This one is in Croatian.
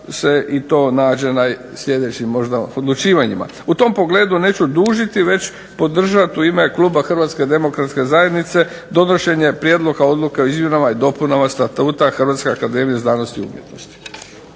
se to nađe na sljedećim odlučivanjima. U tom pogledu neću dužiti već podržati u ime Kluba Hrvatske demokratske zajednice donošenja prijedloga Odluke o izmjenama i dopunama Statuta Hrvatske akademije znanosti i umjetnosti.